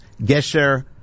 Gesher